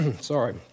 Sorry